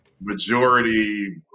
majority